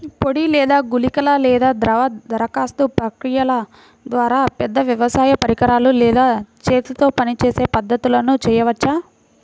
పొడి లేదా గుళికల లేదా ద్రవ దరఖాస్తు ప్రక్రియల ద్వారా, పెద్ద వ్యవసాయ పరికరాలు లేదా చేతితో పనిచేసే పద్ధతులను చేయవచ్చా?